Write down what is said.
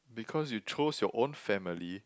because you chose your own family